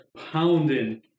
pounding